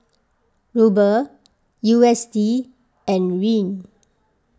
Ruble U S D and Riel